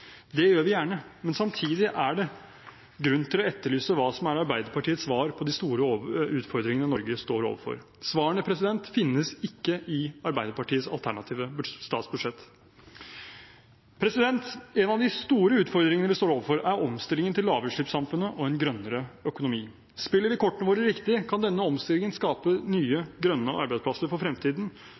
Det gjør vi gjerne. Men samtidig er det grunn til å etterlyse hva som er Arbeiderpartiets svar på de store utfordringene Norge står overfor. Svarene finnes ikke i Arbeiderpartiets alternative statsbudsjett. En av de store utfordringene vi står overfor, er omstillingen til lavutslippssamfunnet og en grønnere økonomi. Spiller vi kortene våre riktig, kan denne omstillingen skape nye, grønne arbeidsplasser for fremtiden,